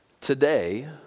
Today